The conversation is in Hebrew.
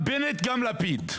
גם בנט וגם לפיד,